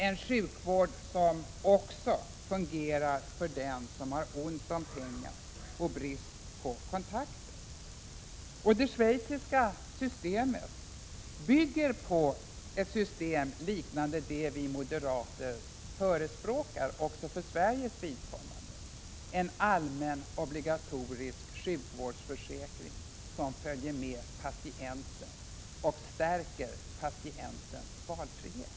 En sjukvård som också fungerar för den som har ont om pengar och brist på kontakter. Den schweiziska ordningen bygger på ett system liknande det vi moderater förespråkar för Sveriges vidkommande, nämligen en allmän obligatorisk sjukvårdsförsäkring som följer med patienten och stärker patientens valfrihet.